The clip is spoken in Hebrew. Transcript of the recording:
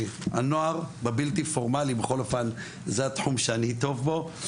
הנוער בבלתי פורמלי זה התחום שאני טוב בו,